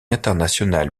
internationale